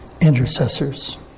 intercessors